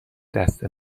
دست